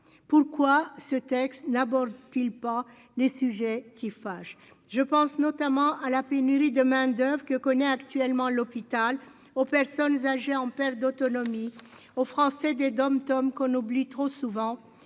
pourquoi ce texte n'aborde-t-il pas les sujets qui fâchent, je pense notamment à la pénurie de main-d'oeuvre que connaît actuellement l'hôpital aux personnes âgées en perte d'autonomie aux Français des DOM-TOM, qu'on oublie trop souvent,